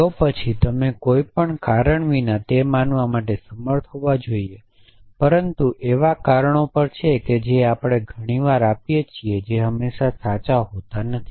તો પછી તમે કોઈ કારણ વિના તે માનવા માટે સમર્થ હોવા જોઈએ પરંતુ એવા કારણો પણ છે કે જે આપણે ઘણીવાર આપીએ છીએ જે હંમેશાં સાચા હોતા નથી